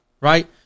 right